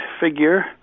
figure